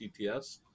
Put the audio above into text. TTS